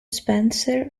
spencer